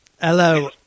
Hello